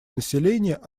населения